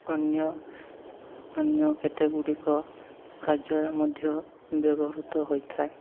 ଅନ୍ୟ ଅନ୍ୟ କେତେ ଗୁଡ଼ିକ ରାଜ୍ୟରେ ମଧ୍ୟ ବ୍ୟବହୃତ ହୋଇଥାଏ